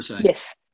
Yes